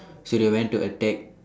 so they went to attack